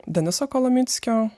deniso kolominskio